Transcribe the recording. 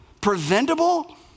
preventable